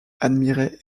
admirait